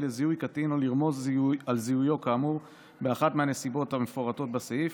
לזיהוי של קטין או לרמוז על זיהויו כאמור באחת מהנסיבות המפורטת בסעיף,